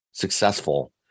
Successful